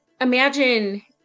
imagine